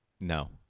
No